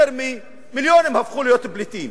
יותר ממיליון הפכו לפליטים.